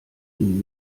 ihn